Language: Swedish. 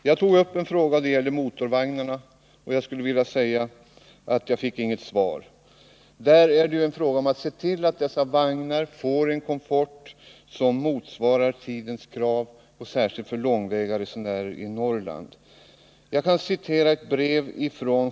Jag tog upp en fråga som gällde motorvagnarna, men jag fick inget svar. Här handlar det om att se till att dessa vagnar får en komfort som motsvarar tidens krav, särskilt för långväga resenärer i Norrland.